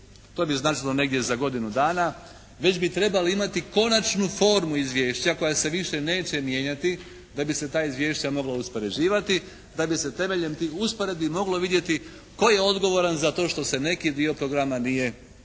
to bi značilo negdje za godinu dana već bi trebali imati konačnu formu izvješća koja se više neće mijenjati da bi se ta izvješća mogla uspoređivati, da bi se temeljem tih usporedbi moglo vidjeti tko je odgovoran za to što se neki dio programa nije primijenio